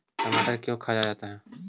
टमाटर क्यों खाया जाता है?